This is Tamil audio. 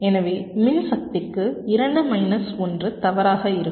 எனவே மின்சக்திக்கு 2 மைனஸ் 1 தவறாக இருக்கும்